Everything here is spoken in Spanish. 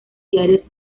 diarios